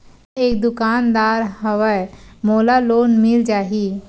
मै एक दुकानदार हवय मोला लोन मिल जाही?